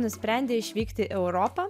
nusprendė išvykt į europą